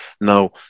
now